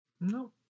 No